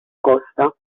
costa